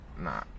Nah